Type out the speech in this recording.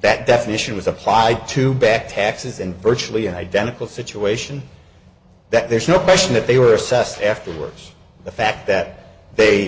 that definition was applied to back taxes in virtually identical situation that there's no question that they were assessed afterwards the fact that they